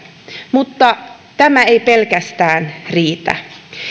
mutta tämä ei pelkästään riitä